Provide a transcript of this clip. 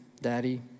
Daddy